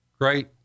great